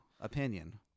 opinion